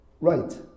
right